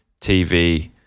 TV